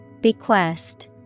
Bequest